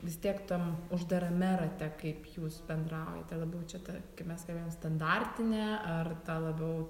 vis tiek tam uždarame rate kaip jūs bendraujate labiau čia ta kaip mes kalbėjom standartine ar ta labiau